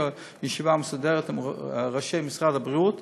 יש ישיבה מסודרת עם ראשי משרד הבריאות,